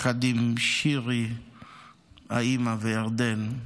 כפיר, יחד עם שירי, האימא, וירדן.